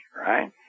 right